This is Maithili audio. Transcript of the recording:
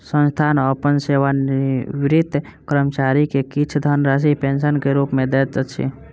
संस्थान अपन सेवानिवृत कर्मचारी के किछ धनराशि पेंशन के रूप में दैत अछि